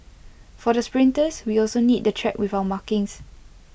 for the sprinters we also need the track with our markings